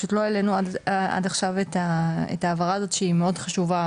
פשוט לא העלינו עד עכשיו את ההבהרה הזאת שהיא מאוד חשובה,